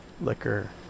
liquor